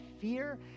fear